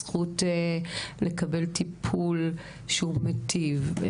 הזכות לקבל טיפול שהוא מטיב,